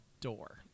door